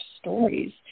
stories